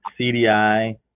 CDI